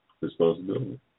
responsibility